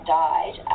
died